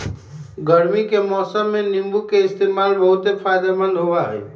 गर्मी के मौसम में नीम्बू के इस्तेमाल बहुत फायदेमंद होबा हई